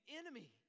enemy